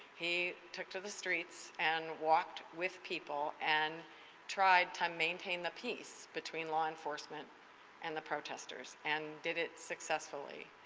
he took to the streets and walked with people and try to maintain the peace between law enforcement and the protesters and did it successfully.